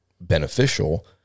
beneficial